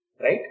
right